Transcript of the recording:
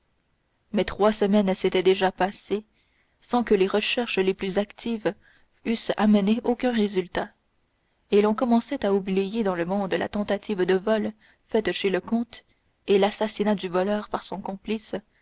mais trois semaines s'étaient déjà passées sans que les recherches les plus actives eussent amené aucun résultat et l'on commençait à oublier dans le monde la tentative de vol faite chez le comte et l'assassinat du voleur par son complice